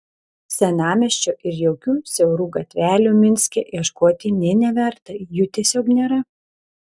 senamiesčio ir jaukių siaurų gatvelių minske ieškoti nė neverta jų tiesiog nėra